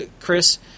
Chris